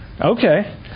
Okay